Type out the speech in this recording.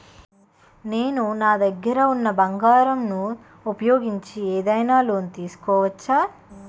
నేను నా దగ్గర ఉన్న బంగారం ను ఉపయోగించి ఏదైనా లోన్ తీసుకోవచ్చా?